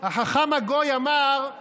החכם הגוי אמר: